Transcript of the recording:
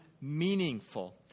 meaningful